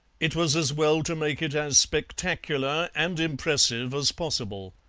it was as well to make it as spectacular and impressive as possible.